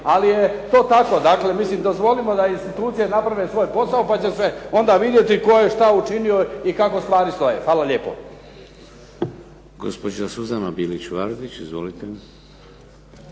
ali je to tako. Dakle, dozvolimo da institucije naprave svoj posao pa će se onda vidjeti tko je šta učinio i kako stvari stoje. Hvala lijepo. **Šeks, Vladimir (HDZ)** Gospođa Suzana Bilić-Vardić. Izvolite.